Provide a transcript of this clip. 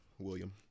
william